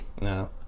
No